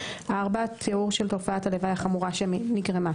(4)תיאור של תופעת הלוואי החמורה שנגרמה,